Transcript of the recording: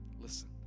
listen